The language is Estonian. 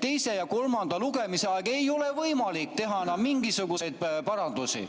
Teise ja kolmanda lugemise ajal ei ole võimalik teha enam mingisuguseid parandusi.